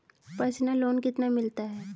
Personal loan कितना मिलता है?